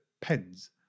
pens